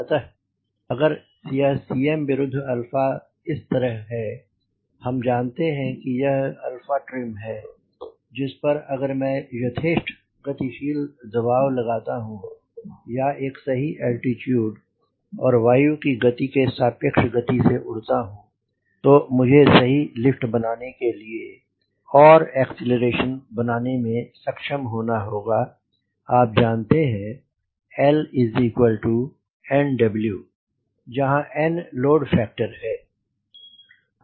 अतः अगर यह Cm विरुद्ध इस तरह है हम जानते हैं कि यह trim है जिस पर अगर मैं यथेष्ट गतिशील दबाव लगाता हूँ या एक सही अलटीटूड और वायु की गति के सापेक्ष गति से उड़ता हूँ तो मुझे सही लिफ्ट बनाने के लिए और अक्सेलरेशन बनाने में सक्षम होना होगा और आप जानते हैं कि LnW जहाँ n लोड फैक्टर है